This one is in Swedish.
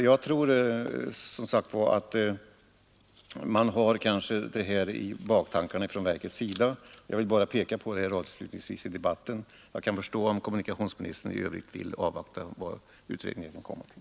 Jag tror som sagt att man har en sådan här baktanke inom verket. Men jag kan förstå om kommunikationsministern vill avvakta vad utredningen kommer till.